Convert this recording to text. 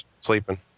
sleeping